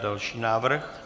Další návrh.